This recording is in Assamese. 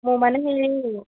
মোৰ মানে সেই